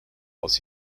was